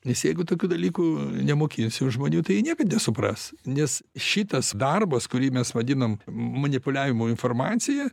nes jeigu tokių dalykų nemokinsim žmonių tai jie niekad nesupras nes šitas darbas kurį mes vadinam manipuliavimu informacija